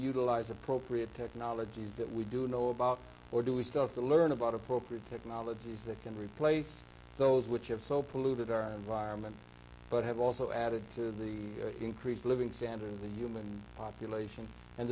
utilize appropriate technologies that we do know about or do we still have to learn about appropriate technologies that can replace those which have so polluted our environment but have also added to the increased living standards of the human population and